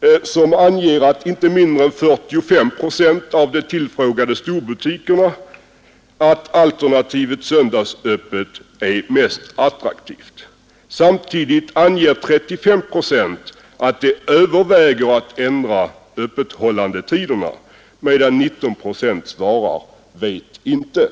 utförd enkät som anger att inte mindre än 45 procent av de tillfrågade storbutikerna anser att alternativet söndagsöppet är mest attraktivt. Samtidigt uppger 35 procent att de överväger att ändra öppethållandetiderna, medan 19 procent svarar ”vet inte”.